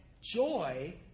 joy